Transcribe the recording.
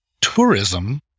tourism